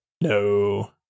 No